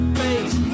face